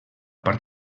part